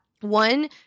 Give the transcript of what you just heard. one